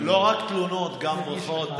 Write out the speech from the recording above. לא רק תלונות, גם ברכות.